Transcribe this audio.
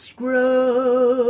grow